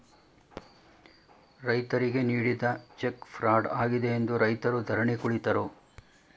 ರೈತರಿಗೆ ನೀಡಿದ check fraud ಆಗಿದೆ ಎಂದು ರೈತರು ಧರಣಿ ಕುಳಿತರು